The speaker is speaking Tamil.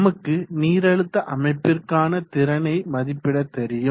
நமக்கு நீரழுத்த அமைப்பிற்கான திறனை மதிப்பிட தெரியும்